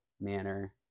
manner